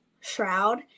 shroud